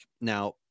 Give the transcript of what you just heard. Now